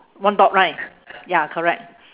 one dot right ya correct